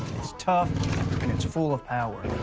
it's tough. and it's full of power.